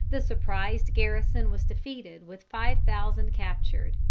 the surprised garrison was defeated with five thousand captured.